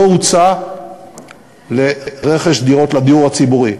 לא הוצא לרכש דירות לדיור הציבורי.